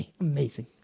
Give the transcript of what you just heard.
amazing